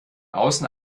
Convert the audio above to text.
außen